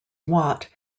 watt